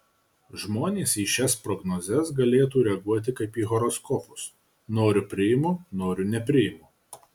žmonės į šias prognozes galėtų reaguoti kaip į horoskopus noriu priimu noriu nepriimu